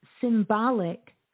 symbolic